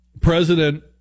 president